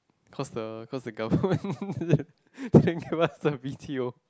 cause the cause the government didn't give us the the b_t_o